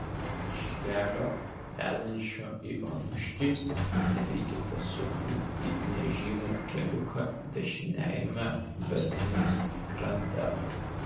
iš kelio vedančio į onuškį tereikia pasukti į nežymų keliuką dešiniajame verknės krante